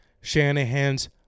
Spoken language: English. Shanahan's